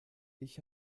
ich